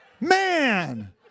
Man